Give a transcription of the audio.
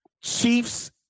Chiefs